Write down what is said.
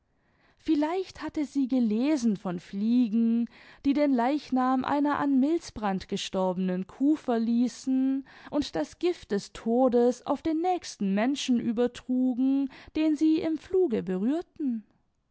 vielleicht hatte sie gelesen von fliegen die den leichnam einer an milzbrand gestorbenen kuh verließen und das gift des todes auf den nächsten menschen übertrugen den sie im fluge berührten